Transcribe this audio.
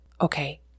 Okay